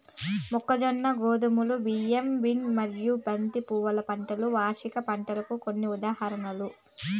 మొక్కజొన్న, గోధుమలు, బియ్యం, బీన్స్ మరియు బంతి పువ్వుల పంటలు వార్షిక పంటలకు కొన్ని ఉదాహరణలు